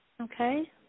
Okay